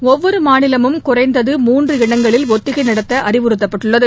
ஒவ்வொரு மாநிலமும் குறைந்தது மூன்று இடங்களில் ஒத்திகை நடத்த அறிவுறுத்தப்பட்டுள்ளது